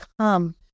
come